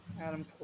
Adam